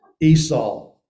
Esau